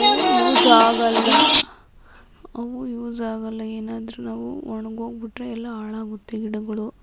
ಅವು ಯೂಸ್ ಆಗಲ್ಲ ಅವು ಯೂಸ್ ಆಗಲ್ಲ ಏನಾದರೂ ನಾವು ಒಣಗೋಗಿ ಬಿಟ್ಟರೆ ಎಲ್ಲ ಹಾಳಾಗುತ್ತೆ ಗಿಡಗಳು